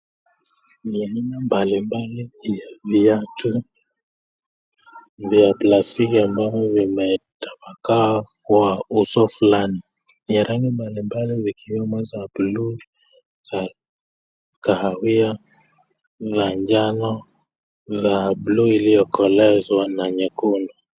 Ni aina mbalimbali ya viatu vya plastiki ambavyo vimetapakaa kwa uso fulani, ya rangi mbalimbali zikiwemo ya buluu, za kahawia, za njano, za buluu iliyokolezwa na nyekundu.